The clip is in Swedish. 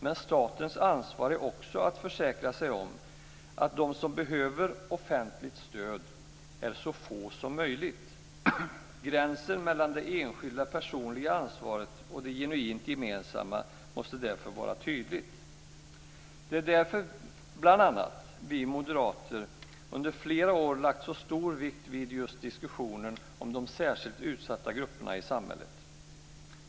Men statens ansvar är också att försäkra sig om att de som behöver offentligt stöd är så få som möjligt. Gränsen mellan det enskilda personliga ansvaret och det genuint gemensamma måste därför vara tydlig. Det är bl.a. därför som vi moderater under flera år lagt så stor vikt vid just diskussionen om de särskilt utsatta grupperna i samhället.